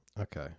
Okay